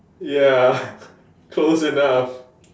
ya close enough